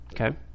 Okay